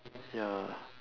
ya